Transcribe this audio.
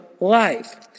life